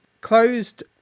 closed